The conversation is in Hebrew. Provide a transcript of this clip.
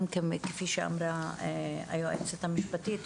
גם כפי שהיועצת המשפטית אמרה,